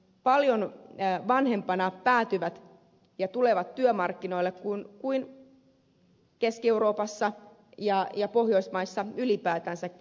paljon jää vanhempana päätyvät ja tulevat työmarkkinoille keskimäärin paljon vanhempana kuin keski euroopassa ja pohjoismaissa ylipäätänsäkin